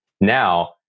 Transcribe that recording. Now